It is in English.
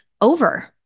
over